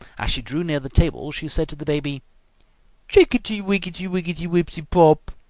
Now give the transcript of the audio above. as she drew near the table she said to the baby chicketty wicketty wicketty wipsey pop!